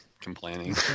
complaining